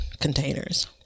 containers